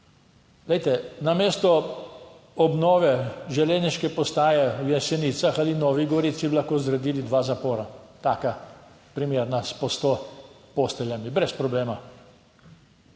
namesto obnove železniške postaje na Jesenicah ali Novi Gorici bi lahko zgradili dva zapora, taka primerna, po sto posteljami, brez problema.